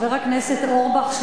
חבר הכנסת אורבך,